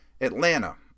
Atlanta